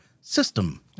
system